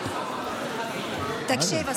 תקשיב,